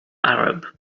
arab